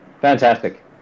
Fantastic